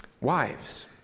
Wives